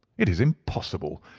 it is impossible!